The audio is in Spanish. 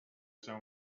ese